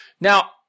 Now